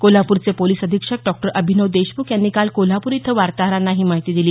कोल्हापूरचे पोलीस अधीक्षक डॉक्टर अभिनव देशमुख यांनी काल कोल्हापूर इथं वार्ताहरांना ही माहिती दिली